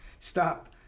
Stop